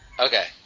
okay